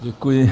Děkuji.